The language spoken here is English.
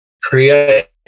create